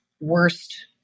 worst